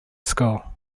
school